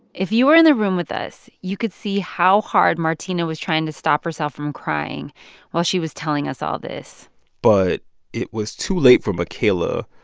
if you were in the room with us, you could see how hard martina was trying to stop herself from crying while she was telling us all this but it was too late for michaela,